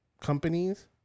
companies